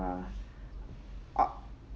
uh